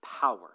power